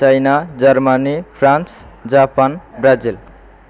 China Germany France Japan Brazil